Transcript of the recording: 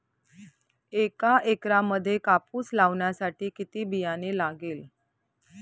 एका एकरामध्ये कापूस लावण्यासाठी किती बियाणे लागेल?